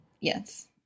Yes